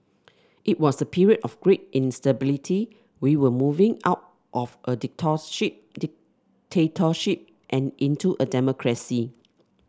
it was a period of great instability we were moving out of a dictatorship dictatorship and into a democracy